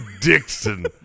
Dixon